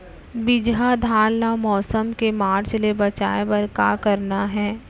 बिजहा धान ला मौसम के मार्च ले बचाए बर का करना है?